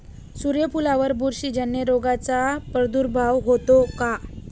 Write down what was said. सूर्यफुलावर बुरशीजन्य रोगाचा प्रादुर्भाव होतो का?